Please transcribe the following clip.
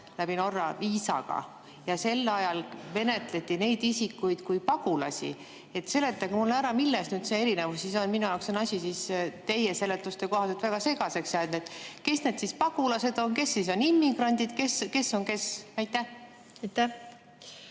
läbi Norrasse]. Ja sel ajal menetleti neid isikuid kui pagulasi. Seletage mulle ära, milles nüüd see erinevus on. Minu jaoks on asi teie seletuste kohaselt väga segaseks jäänud. Kes need pagulased siis on ja kes on immigrandid? Kes on kes? Aitäh,